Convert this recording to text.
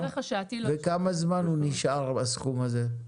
וכמה זמן הוא נשאר הסכום הזה?